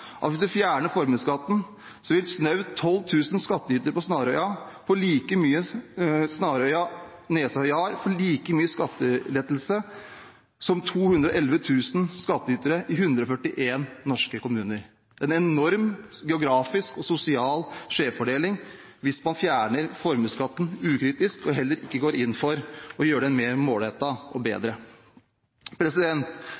at hvis en fjerner formuesskatten, vil snaut 12 000 skatteytere på Snarøya, Nesøya og Jar få like mye i skattelettelse som 211 000 skatteytere i 141 norske kommuner. Det gir en enorm geografisk og sosial skjevfordeling hvis man fjerner formuesskatten ukritisk, og heller ikke går inn for å gjøre den mer målrettet og